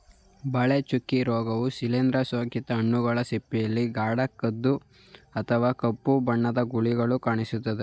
ಬಾಳೆ ಚುಕ್ಕೆ ರೋಗವು ಶಿಲೀಂದ್ರ ಸೋಂಕಿತ ಹಣ್ಣುಗಳ ಸಿಪ್ಪೆಯಲ್ಲಿ ಗಾಢ ಕಂದು ಅಥವಾ ಕಪ್ಪು ಬಣ್ಣದ ಗುಳಿಗಳು ಕಾಣಿಸಿಕೊಳ್ತವೆ